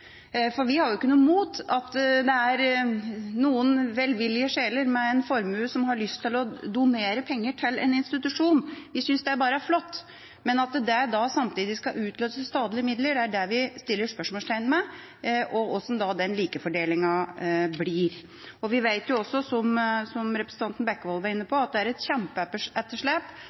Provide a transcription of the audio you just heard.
Vi har ikke noe imot at det er noen velvillige sjeler med en formue som har lyst til å donere penger til en institusjon – det synes vi bare er flott. Men at det da samtidig skal utløse statlige midler, setter vi spørsmålstegn ved, og ved hvordan likefordelingen da blir. Vi vet jo også, som representanten Bekkevold var inne